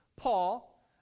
Paul